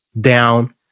down